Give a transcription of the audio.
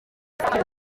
icyo